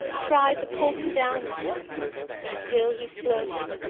tried to pull him down with them but still he floated,